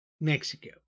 Mexico